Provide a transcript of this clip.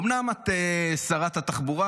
אומנם את שרת התחבורה,